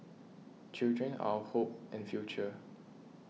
children are our hope and future